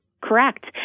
Correct